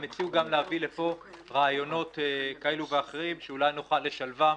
הם הציעו גם להביא לפה רעיונות כאלה ואחרים שאולי נוכל לשלב אותם